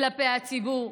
כלפי הציבור,